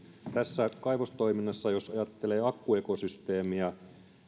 tässä kaivostoiminnassa jos ajattelee akkuekosysteemiä